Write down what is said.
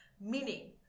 Meaning